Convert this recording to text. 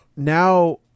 Now